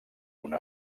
una